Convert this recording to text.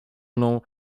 mną